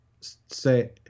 say